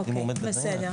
בסדר.